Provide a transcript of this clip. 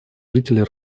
жители